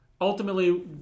Ultimately